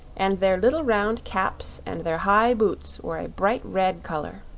and their little round caps and their high boots were a bright red color.